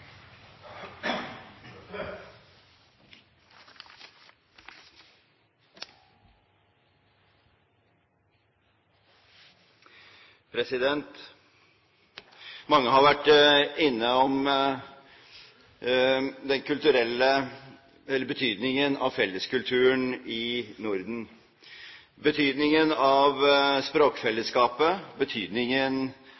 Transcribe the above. Mange har vært innom betydningen av felleskulturen i Norden, betydningen av